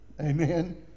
Amen